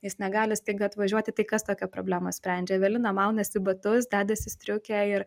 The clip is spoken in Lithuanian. jis negali staiga atvažiuoti tai kas tokią problemą sprendžia evelina maunasi batus dedasi striukę ir